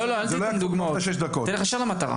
לא, לא, אל תיתן דוגמאות, תלך ישר למטרה.